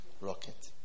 rocket